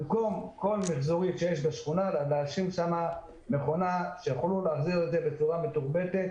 במקום כל מיחזורית שיש בשכונה לשים שם מכונה שנוכל להחזיר בצורה מתורבתת